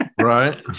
right